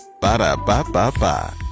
Ba-da-ba-ba-ba